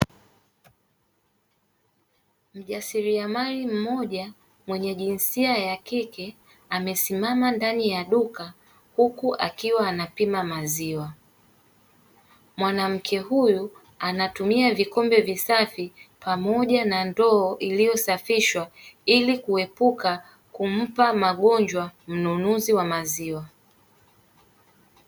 Mjasiriamali mmoja mwenye jinsia ya kike amesimama ndani ya duka huku akiwa anapima maziwa. Mwanamke huyu anatumia vikombe visafi pamoja na ndoo iliyosafishwa ili kuepuka kumpa magonjwa mnunuzi wa maziwa.